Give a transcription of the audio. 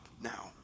now